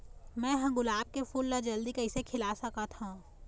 मैं ह गुलाब के फूल ला जल्दी कइसे खिला सकथ हा?